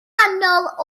wahanol